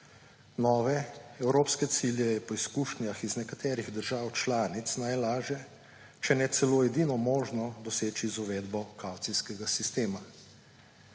Nove evropske cilje je po izkušnjah iz nekaterih držav članic najlažje, če ne celo edino možno, doseči z uvedbo kavcijskega sistema.